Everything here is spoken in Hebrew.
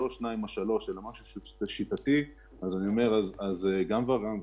גם ור"מ,